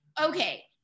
Okay